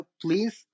please